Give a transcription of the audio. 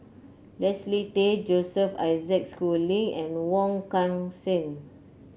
Leslie Tay Joseph Isaac Schooling and Wong Kan Seng